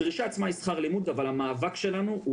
הדרישה עצמה היא שכר לימוד אבל המאבק שלנו הוא